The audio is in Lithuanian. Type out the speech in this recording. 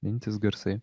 mintys garsai